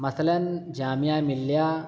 مثلاً جامعہ ملیہ